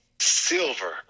silver